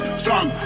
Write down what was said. strong